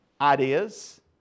ideas